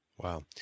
Wow